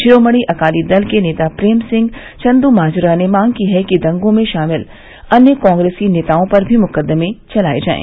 शिरोमणि अकाली दल के नेता प्रेम सिंह चंदुमाजरा ने मांग की है कि दंगों में शामिल अन्य कांग्रेस नेताओं पर भी मुकदमें चलाए जाएं